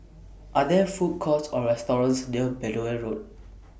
Are There Food Courts Or restaurants near Benoi Road